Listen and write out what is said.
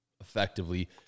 effectively